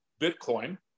Bitcoin